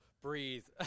Breathe